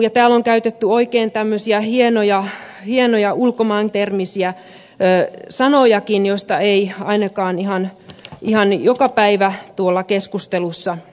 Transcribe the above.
täällä on käytetty oikein tämmöisiä hienoja ulkomaantermisiä sanojakin joita ei ainakaan ihan joka päivä tuolla keskustelussa tule esiin